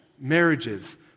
marriages